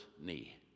knee